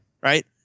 right